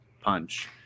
punch